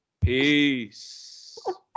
Peace